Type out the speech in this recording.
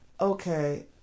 Okay